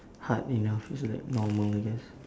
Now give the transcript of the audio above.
hard enough it's like normal I guess